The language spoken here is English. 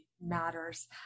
matters